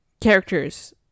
characters